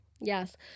yes